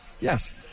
yes